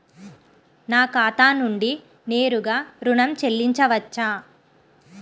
నా ఖాతా నుండి నేరుగా ఋణం చెల్లించవచ్చా?